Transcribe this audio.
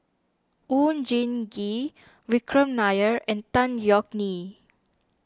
Oon Jin Gee Vikram Nair and Tan Yeok Nee